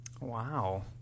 Wow